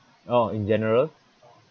oh in general